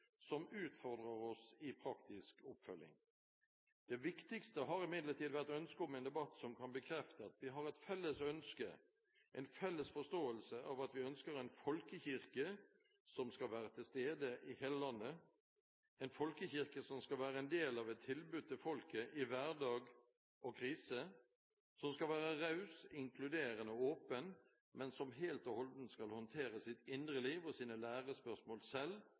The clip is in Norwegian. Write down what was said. som utfordrer oss i praktisk oppfølging. Det viktigste har imidlertid vært ønsket om en debatt som kan bekrefte at vi har et felles ønske, en felles forståelse av at vi ønsker en folkekirke som skal være til stede i hele landet, en folkekirke som skal være en del av et tilbud til folket i hverdag og krise, som skal være raus, inkluderende og åpen, men som helt og holdent skal håndtere sitt indre liv og sine lærespørsmål selv,